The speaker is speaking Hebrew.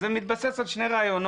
זה מתבסס על שני רעיונות.